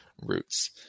roots